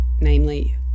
namely